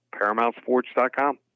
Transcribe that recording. ParamountSports.com